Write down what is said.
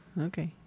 Okay